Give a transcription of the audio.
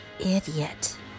idiot